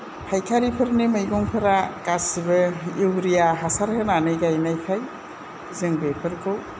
फायखारिफोरनि मैगंफोरा गासैबो इउरिया हासार होनानै गायनायखाय जों बेफोरखौ